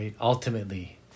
Ultimately